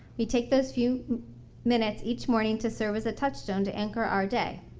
we take those few minutes each morning to serve as a touchstone to anchor our day.